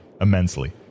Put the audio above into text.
immensely